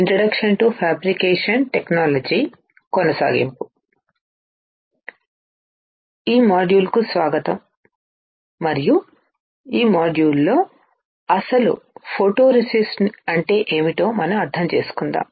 ఈ మాడ్యూల్కు స్వాగతం మరియు ఈ మాడ్యూల్లో అసలు ఫోటోరేసిస్ట్ అంటే ఏమిటో మనం అర్థం చేసుకుందాం